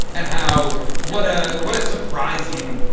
and how what a what is surprising?